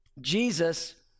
Jesus